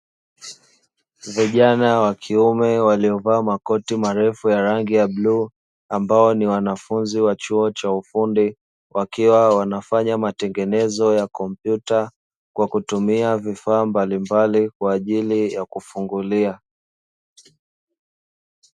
Vijana wa kiume waliovaa makoti marefu ya rangi ya bluu ,ambao ni wanafunzi wa chuo cha ufundi, wakiwa wanafanya matengenezo ya kompyuta kwa kutumia vifaa mbalimbali kwaaajili ya kufungulia.